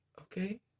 Okay